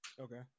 Okay